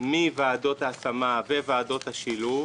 מוועדות ההשמה וועדות השילוב